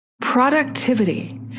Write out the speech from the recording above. Productivity